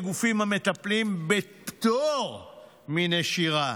לגופים המטפלים בפטור מנשירה,